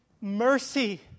mercy